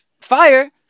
fire